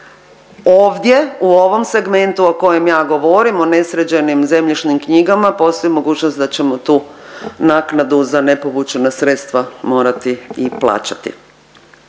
Ovdje u ovom segmentu o kojem ja govorim o nesređenim zemljišnim knjigama postoji mogućnost da ćemo tu naknadu za ne povućena sredstva morati i plaćati.